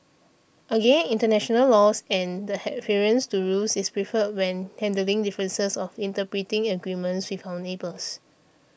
again international laws and the to rules is preferred when handling differences of interpreting agreements with our neighbours